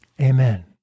Amen